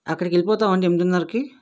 అక్కడికి వెళ్ళి పోతామా అండి ఎనిమిదినర్రకి